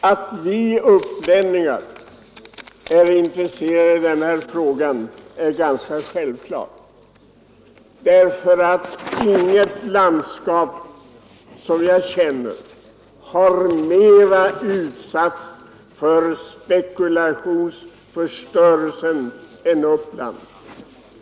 Att vi upplänningar är intresserade av den här frågan är ganska självklart, för inget landskap som jag känner har mera utsatts för spekulationsförstörelsen än Uppland.